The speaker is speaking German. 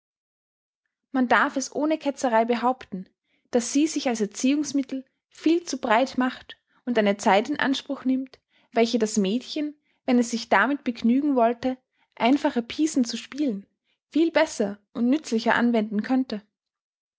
man darf es ohne ketzerei behaupten daß sie sich als erziehungsmittel viel zu breit macht und eine zeit in anspruch nimmt welche das mädchen wenn es sich damit begnügen wollte einfache piecen zu spielen viel besser und nützlicher anwenden könnte